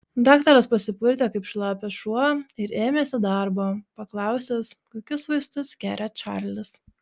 daktaras pasipurtė kaip šlapias šuo ir ėmėsi darbo paklausęs kokius vaistus geria čarlis